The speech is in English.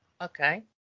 Okay